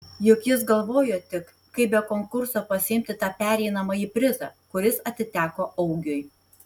juk jis galvojo tik kaip be konkurso pasiimti tą pereinamąjį prizą kuris atiteko augiui